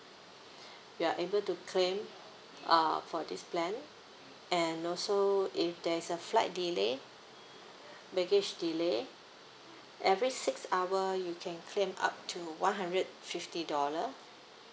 you are able to claim uh for this plan and also if there's a flight delay baggage delay every six hour you can claim up to one hundred fifty dollar